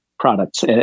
products